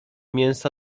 mięsa